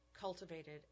cultivated